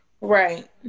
Right